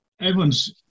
everyone's